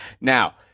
Now